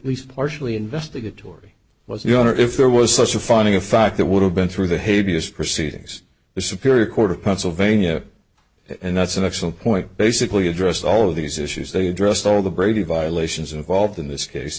least partially investigatory was the owner if there was such a finding of fact that would have been through the hay vs proceedings the superior court of pennsylvania and that's an excellent point basically addressed all of these issues they addressed all the brady violations involved in this case